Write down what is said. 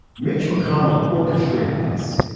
mitch mcconnell orchestrated this.